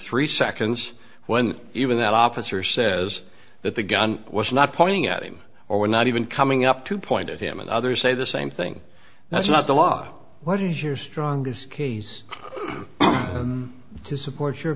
three seconds when even that officer says that the gun was not pointing at him or not even coming up to point at him and others say the same thing that's not the law what is your strongest case to support your